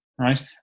right